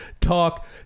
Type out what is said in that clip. talk